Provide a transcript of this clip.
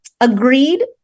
agreed